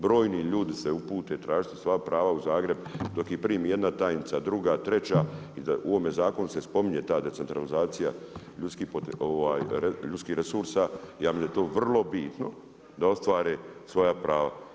Brojni ljudi se upute tražiti svoja prava u Zagreb dok ih primi jedna tajnica, druga, treća, u ovome zakonu se spominje se spominje ta decentralizacija ljudskih resursa, ja mislim da je to vrlo bitno da ostvare svoja prava.